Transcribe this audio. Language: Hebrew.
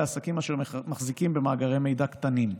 עסקים אשר מחזיקים במאגרי מידע קטנים.